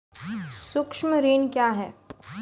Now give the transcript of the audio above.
सुक्ष्म ऋण क्या हैं?